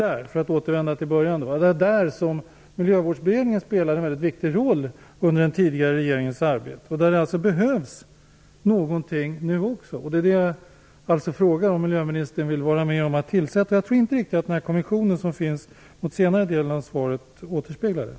Jag återvänder till början: Det var där som Miljövårdsberedningen spelade en viktig roll under den tidigare regeringens arbete. Det behövs något nu också. Jag undrar om miljöministern vill vara med att tillsätta något nytt? Jag tror inte riktigt att den kommission som togs upp i den senare delen av svaret riktigt återspeglar viljan.